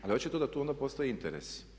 Ali očito da tu onda postoji interes.